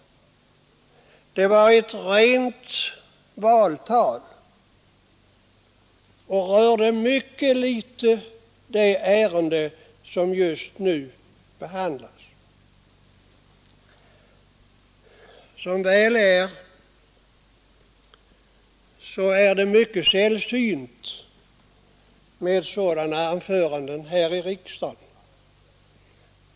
Det var ett rent valtal och rörde mycket litet det ärende som just nu behandlas. Som väl är så är det mycket sällsynt med sådana anföranden här i riksdagen.